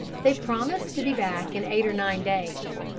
they promised to be back in eight or nine days.